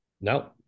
no